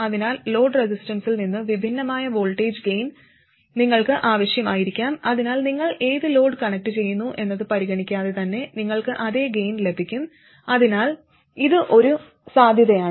അതിനാൽ ലോഡ് റെസിസ്റ്റൻസിൽ നിന്ന് വിഭിന്നമായ വോൾട്ടേജ് ഗെയിൻ നിങ്ങൾക്ക് ആവശ്യമായിരിക്കാം അതിനാൽ നിങ്ങൾ ഏത് ലോഡ് കണക്റ്റുചെയ്യുന്നു എന്നത് പരിഗണിക്കാതെ തന്നെ നിങ്ങൾക്ക് അതേ ഗെയിൻ ലഭിക്കും അതിനാൽ ഇത് ഒരു സാധ്യതയാണ്